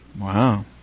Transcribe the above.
Wow